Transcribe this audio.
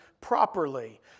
properly